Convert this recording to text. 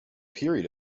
period